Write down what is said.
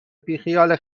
بیخیال